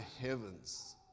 heavens